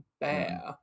bear